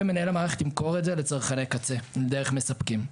ומנהל המערכת ימכור את זה לצרכני קצה דרך מספקים.